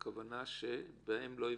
הכוונה שבהם לא יפגעו?